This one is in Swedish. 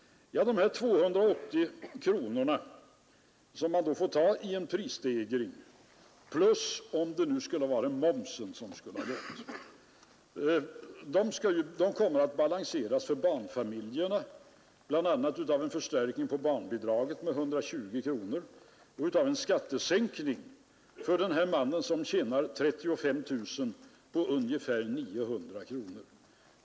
De 280 kronoma i prisstegring, om vi hade höjt mervärdeskatten, kommer för barnfamiljerna att balanseras bl.a. av en förstärkning av barnbidragen på 120 kronor och av en skattesänkning för den som tjänar 35 000 kronor på ungefär 900 kronor.